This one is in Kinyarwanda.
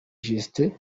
justice